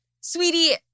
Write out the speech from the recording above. Sweetie